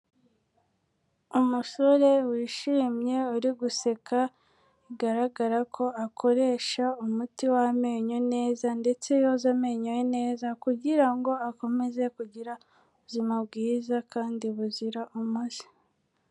Umusore wishimye uri guseka, bigaragara ko akoresha umuti w'amenyo neza ndetse yoza amenyo ye neza, kugira ngo akomeze kugira ubuzima bwiza kandi buzira umuze.